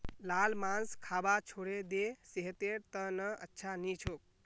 लाल मांस खाबा छोड़े दे सेहतेर त न अच्छा नी छोक